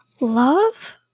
Love